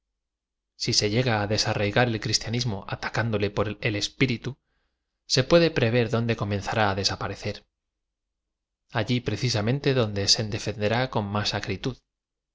si ae lle g a á des arraigar el cristianismo atacándole por el espíritu se puede p rever dónde com enzará á desaparecer alli precisamente donde se defeoderá con más acrítudi